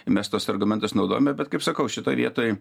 mes tuos argumentus naudojame bet kaip sakau šitoj vietoj